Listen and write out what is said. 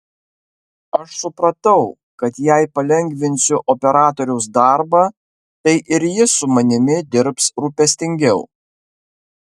aš supratau kad jei palengvinsiu operatoriaus darbą tai ir jis su manimi dirbs rūpestingiau